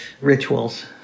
rituals